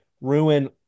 ruin